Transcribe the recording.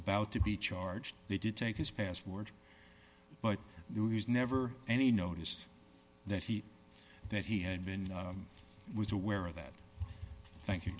about to be charged they did take his password but there was never any notice that he that he had been was aware of that thank you